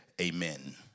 amen